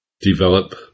develop